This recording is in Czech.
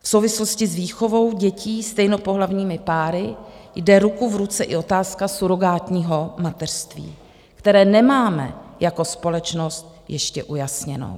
V souvislosti s výchovou dětí stejnopohlavními páry jde ruku v ruce i otázka surogátního mateřství, které nemáme jako společnost ještě ujasněnou.